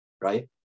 right